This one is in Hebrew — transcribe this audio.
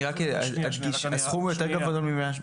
אני חושב שמשרד השיכון --- הסכום יותר גבוה ממאה שמונים.